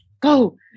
go